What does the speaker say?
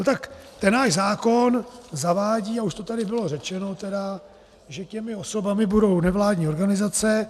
No tak ten náš zákon zavádí, a už to tady bylo řečeno tedy, že těmi osobami budou nevládní organizace.